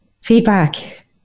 feedback